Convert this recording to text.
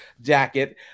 jacket